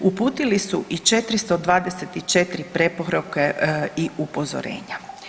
Uputili su i 424 preporuke i upozorenja.